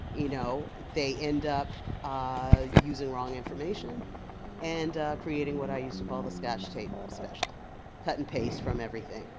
you know they end up using wrong information and creating what i used to call the scotch tape special cut and paste from everything.